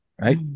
right